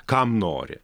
kam nori